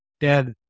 dad